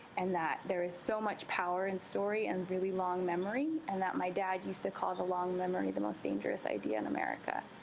and that there is so much power in story and really long memory, and that my dad used to call that long memory the most dangerous idea in america.